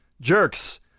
Jerks